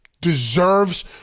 deserves